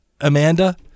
amanda